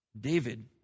David